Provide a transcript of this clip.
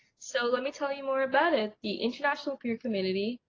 so let me tell you more about it! the international peer community,